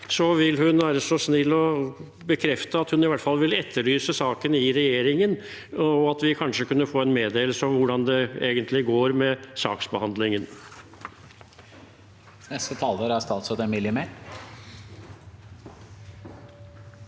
Så vil hun være så snill å bekrefte at hun i hvert fall vil etterlyse saken i regjeringen, og at vi kanskje kunne få en meddelelse om hvordan det egentlig går med saksbehandlingen? Statsråd Emilie Mehl